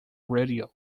radio